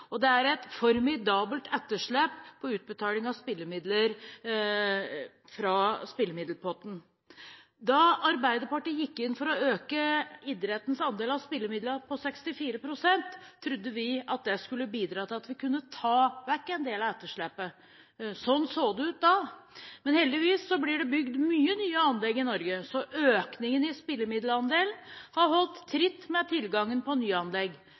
Det er et formidabelt etterslep på utbetaling av spillemidler fra spillemiddelpotten. Da Arbeiderpartiet gikk inn for å øke idrettens andel av spillemidlene til 64 pst., trodde vi at det skulle bidra til at vi kunne ta vekk en del av etterslepet. Sånn så det ut da, men heldigvis blir det bygd mange nye anlegg i Norge, så økningen i spillemiddelandelen har holdt tritt med tilgangen på